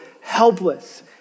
helpless